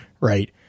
right